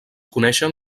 coneixen